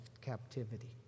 captivity